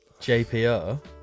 JPR